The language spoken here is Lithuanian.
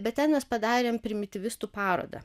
bet ten mes padarėm primityvistų parodą